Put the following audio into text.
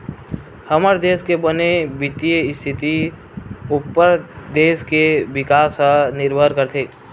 हमर देस के बने बित्तीय इस्थिति उप्पर देस के बिकास ह निरभर करथे